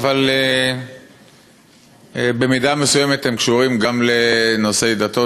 אבל במידה מסוימת הן קשורות גם לנושאי דתות,